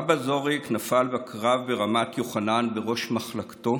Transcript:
אבא זוריק נפל בקרב ברמת יוחנן בראש מחלקתו.